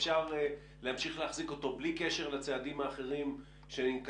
אפשר להמשיך להחזיק אותו בלי קשר לצעדים האחרים שננקטים,